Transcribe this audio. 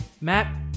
Matt